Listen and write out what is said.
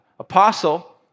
Apostle